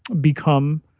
become